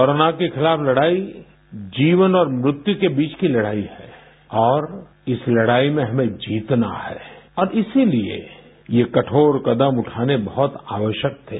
corona के खिलाफ लड़ाई जीवन और मृत्यू के बीच की लड़ाई है और इस लड़ाई में हमें जीतना है और इसीलिए ये कठोर कदम उठाने बहुत आवश्यक थे